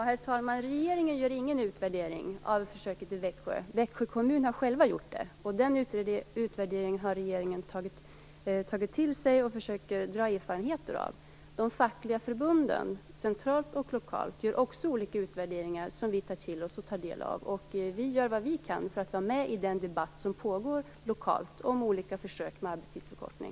Herr talman! Regeringen gör ingen utvärdering av försöket i Växjö. Växjö kommun har själv gjort en utvärdering, och regeringen har tagit till sig den och försöker dra erfarenheter av den. De fackliga förbunden, centralt och lokalt, gör också olika utvärderingar som vi tar del av och tar till oss. Vi gör vad vi kan för att vara med i den debatt som pågår lokalt om olika försök med arbetstidsförkortning.